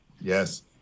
Yes